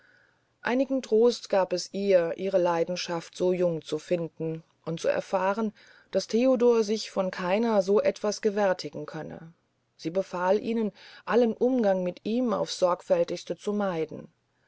einigen trost gab es ihr ihre leidenschaft so jung zu finden und zu erfahren daß theodor sich von keiner so etwas gewärtigen könne sie befahl ihnen allen umgang mit ihm aufs sorgfältigste zu vermeiden